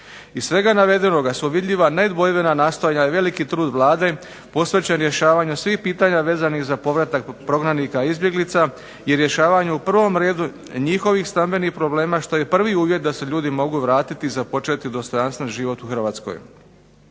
Iz svega navedenoga su vidljiva nedvojbena nastojanja i veliki trud Vlade posvećen rješavanju svih pitanja vezanih za povratak prognanika i izbjeglica, i rješavanju u prvom redu njihovih stambenih problema što je prvi uvjet da se ljudi mogu vratiti i započeti dostojanstven život u Hrvatskoj.